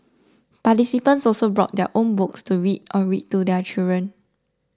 participants also brought their own books to read or read to their children